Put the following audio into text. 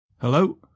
Hello